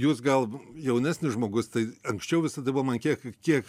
jūs gal jaunesnis žmogus tai anksčiau visada buvo man kiek kiek